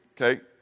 okay